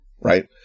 right